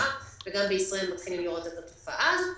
וגם בישראל מתחילים לראות את התופעה הזאת.